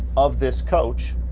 of this coach.